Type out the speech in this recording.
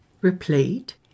replete